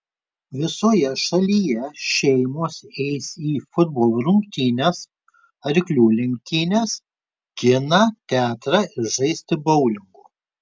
visoje šalyje šeimos eis į futbolo rungtynes arklių lenktynes kiną teatrą ir žaisti boulingo